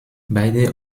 beide